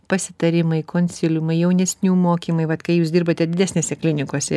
pasitarimai konsiliumai jaunesnių mokymai vat kai jūs dirbate didesnėse klinikose